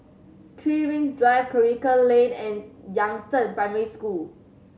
Three Rings Drive Karikal Lane and Yangzheng Primary School